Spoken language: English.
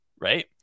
Right